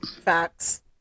Facts